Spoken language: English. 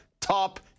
top